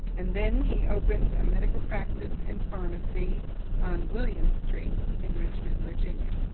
and then he opened a medical practice and pharmacy on williams street, in richmond, virginia.